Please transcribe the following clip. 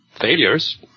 failures